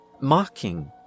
mocking